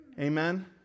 Amen